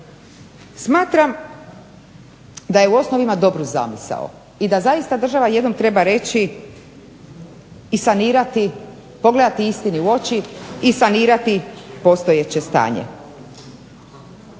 smatram da je u osnovi ima dobru zamisao i da zaista država jednom treba reći i sanirati, pogledati istini u oči i sanirati postojeće stanje.